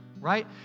Right